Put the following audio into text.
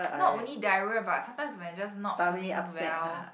not only diarrhea but sometimes when I'm just not feeling well